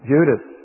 Judas